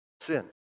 sin